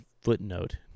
footnote